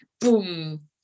boom